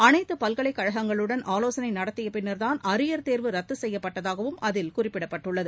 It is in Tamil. அனைத்து பல்கலைக்கழகங்களுடன் ஆலோசனை நடத்திய பின்னா்தான் அரியா் தோ்வு ரத்து செய்யப்பட்டதாகவும் அதில் குறிப்பிடப்பட்டுள்ளது